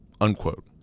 unquote